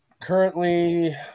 currently